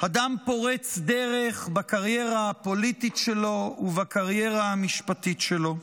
אדם פורץ דרך בקריירה הפוליטית שלו ובקריירה המשפטית שלו.